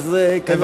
ואז כנראה אין צורך.